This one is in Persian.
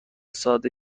ساده